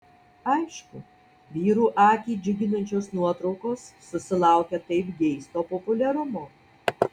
aišku vyrų akį džiuginančios nuotraukos susilaukia taip geisto populiarumo